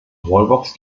wallbox